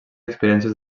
experiències